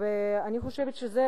ואני חושבת שזה